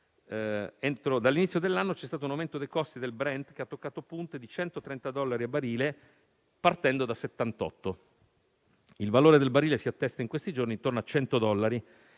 dall'inizio dell'anno c'è stato un aumento dei costi del Brent che ha toccato punte di 130 dollari al barile, partendo da 78. Il valore del barile si attesta in questi giorni intorno a 100 dollari.